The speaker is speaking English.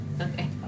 Okay